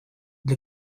для